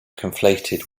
conflated